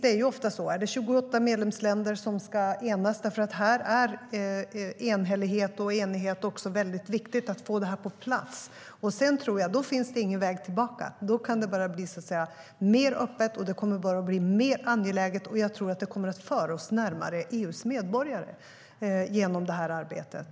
Det är ju ofta så om det är 28 medlemsländer som ska enas, för enhällighet och enighet är väldigt viktigt för att få detta på plats. Sedan tror jag inte att det finns någon väg tillbaka, utan då kan det bara bli mer öppet och mer angeläget. Jag tror även att det här arbetet kommer att föra oss närmare EU:s medborgare.